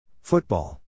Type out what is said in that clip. Football